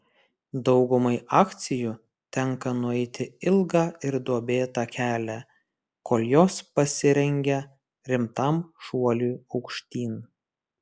daugumai akcijų tenka nueiti ilgą ir duobėtą kelią kol jos pasirengia rimtam šuoliui aukštyn